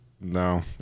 No